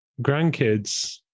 grandkids